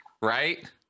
Right